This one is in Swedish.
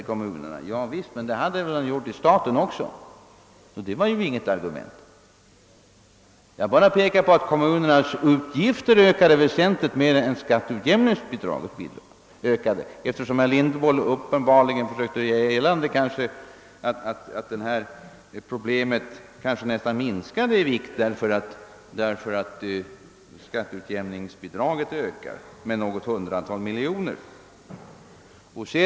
Javisst, men skatteunderlaget har väl även ökat för staten, och då blir detta inte något argument. Jag pekade endast på att kommunernas utgifter hade ökat väsentligt mer än skatteutjämningsbidraget hade ökat. Herr Lindholm försökte tydligen göra gällande att det ifrågavarande problemet nästan hade minskat i vikt därför att skatteutjämningsbidraget hade ökat med något hundratal miljoner kronor.